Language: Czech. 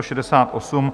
68.